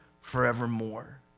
forevermore